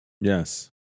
Yes